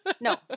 No